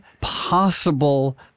possible